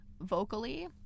vocally